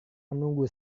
menunggu